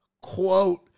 quote